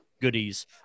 goodies